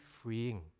freeing